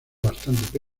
bastante